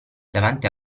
davanti